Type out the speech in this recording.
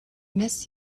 miss